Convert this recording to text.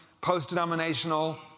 post-denominational